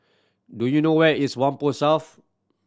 do you know where is Whampoa South